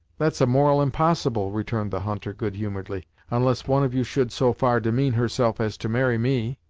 that's a moral impossible, returned the hunter, good humouredly, onless one of you should so far demean herself as to marry me.